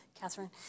Catherine